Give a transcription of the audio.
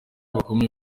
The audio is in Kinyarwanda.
bakomeye